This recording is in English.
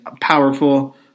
powerful